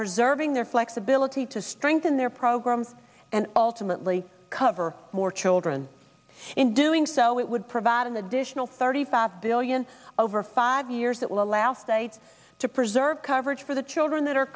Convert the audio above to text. preserving their flexibility to strengthen their programs and ultimately cover more children in doing so it would provide an additional thirty five billion over five years that will allow states to preserve coverage for the children that are